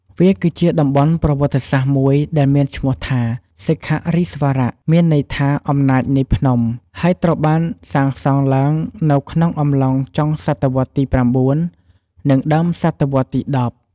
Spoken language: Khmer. វាគឺជាតំបន់ប្រវត្តិសាស្ត្រមួយដែលមានឈ្មោះថា សិខៈរិស្វរៈ មានន័យថា អំណាចនៃភ្នំ ហើយត្រូវបានសាងសង់ឡើងនៅក្នុងអំឡុងចុងសតវត្សទី៩ និងដើមសតវត្សទី១០